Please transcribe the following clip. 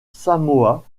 samoa